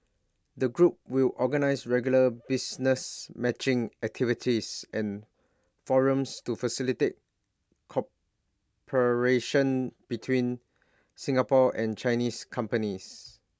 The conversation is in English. the group will organise regular business matching activities and forums to facilitate cooperation between Singapore and Chinese companies